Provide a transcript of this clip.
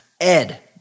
Ed